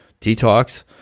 detox